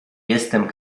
jestem